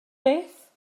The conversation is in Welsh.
beth